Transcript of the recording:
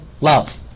love